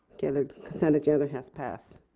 yeah the consent agenda has passed.